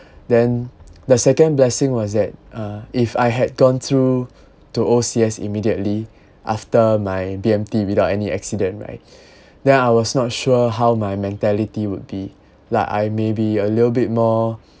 then the second blessing was that uh if I had gone through to O_C_S immediately after my B_M_T without any accident right then I was not sure how my mentality would be like I maybe a little bit more